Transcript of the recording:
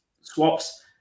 swaps